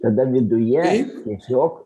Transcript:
tada viduje tiesiog